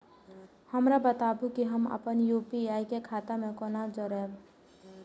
हमरा बताबु की हम आपन यू.पी.आई के खाता से कोना जोरबै?